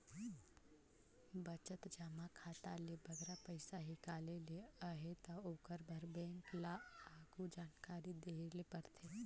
बचत जमा खाता ले बगरा पइसा हिंकाले ले अहे ता ओकर बर बेंक ल आघु जानकारी देहे ले परथे